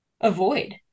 avoid